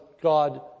God